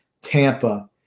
Tampa